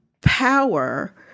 power